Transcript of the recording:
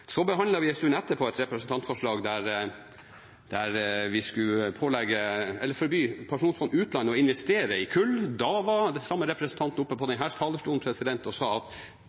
Så behandlet vi en stund etterpå et representantforslag der vi skulle forby Statens pensjonsfond utland å investere i kull. Da var den samme representanten oppe på denne talerstolen og sa at